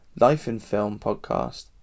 lifeinfilmpodcast